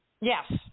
Yes